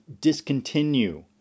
discontinue